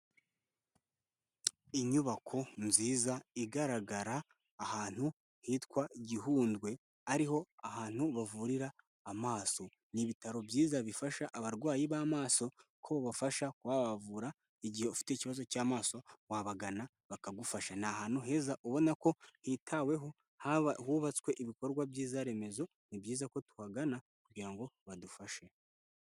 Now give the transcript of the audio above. Inyubako nziza igaragara ahantu hitwa Gihundwe ari ho ahantu bavurira amaso. Ni Ibitaro byiza bifasha abarwayi b'amaso kuko bafasha kuba babavura, igihe ufite ikibazo cy'amaso wabagana bakagufasha. Ni ahantu heza ubona ko hitaweho haba hubatswe ibikorwa byiza remezo. Ni byiza ko tuhagana kugira ngo badufashe.